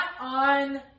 on